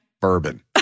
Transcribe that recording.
Bourbon